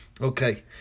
okay